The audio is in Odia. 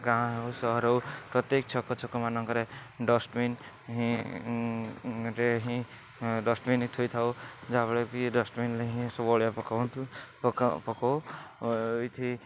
ଗାଁ ହେଉ ସହର ହେଉ ପ୍ରତ୍ୟେକ ଛକ ଛକମାନଙ୍କରେ ଡଷ୍ଟବିନ୍ ଡଷ୍ଟବିନ୍ରେ ହିଁ ଡଷ୍ଟବିନ୍ ଥୋଇଥାଉ ଯାହାଫଳରେ କି ଡଷ୍ଟବିନ୍ରେ ହିଁ ସବୁ ଅଳିଆ ପକଉନ୍ତୁ ପକଉ ଏଇଥି